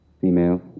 Female